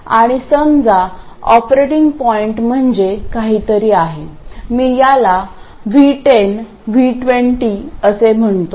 आणि समजा operating point म्हणजे काहीतरी आहे मी याला V10 V20 असे म्हणतो